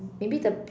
maybe the